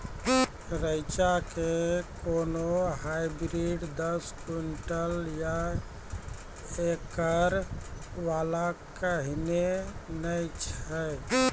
रेचा के कोनो हाइब्रिड दस क्विंटल या एकरऽ वाला कहिने नैय छै?